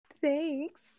Thanks